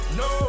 no